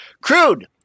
Crude